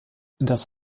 das